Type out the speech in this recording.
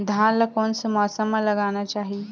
धान ल कोन से मौसम म लगाना चहिए?